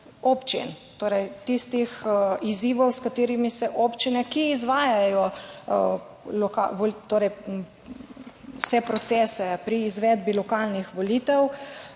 občin, torej tistih izzivov, s katerimi se [soočajo] občine, ki izvajajo vse procese pri izvedbi lokalnih volitev